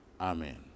Amen